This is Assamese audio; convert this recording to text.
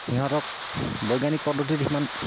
সিহঁতক বৈজ্ঞানিক পদ্ধতিত সিমান